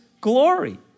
glory